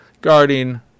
guarding